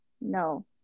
no